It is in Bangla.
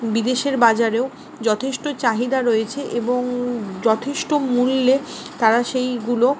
বিদেশের বাজারেও যথেষ্ট চাহিদা রয়েছে এবং যথেষ্ট মূল্যে তারা সেইগুলো